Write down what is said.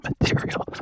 material